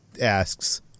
asks